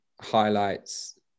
highlights